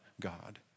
God